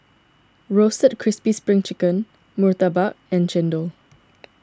Roasted Crispy Pring Chicken Murtabak and Chendol